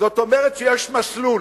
זאת אומרת, שיש מסלול